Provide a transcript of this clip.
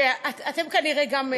אתם כנראה גם,